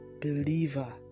believer